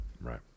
Right